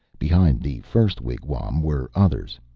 behind the first wigwam were others,